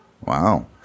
Wow